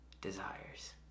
desires